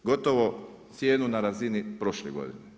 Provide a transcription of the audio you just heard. Za gotovo cijenu na razini prošle godine.